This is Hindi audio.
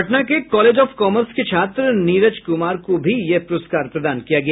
पटना के कॉलेज ऑफ कॉमर्स के छात्र नीरज कुमार को भी यह प्रस्कार प्रदान किया गया